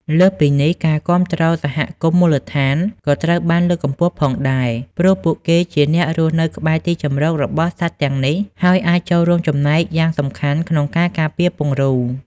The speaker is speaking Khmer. លើសពីនេះ ការគាំទ្រដល់សហគមន៍មូលដ្ឋាន ក៏ត្រូវបានលើកកម្ពស់ផងដែរ ព្រោះពួកគេជាអ្នករស់នៅក្បែរទីជម្រករបស់សត្វទាំងនេះ ហើយអាចចូលរួមចំណែកយ៉ាងសំខាន់ក្នុងការការពារពង្រូល។